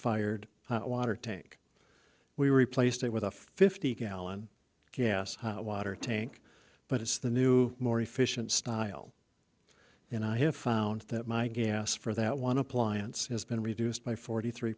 fired water tank we replaced it with a fifty gallon gas hot water tank but it's the new more efficient style and i have found that my gas for that one appliance has been reduced by forty three